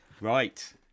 right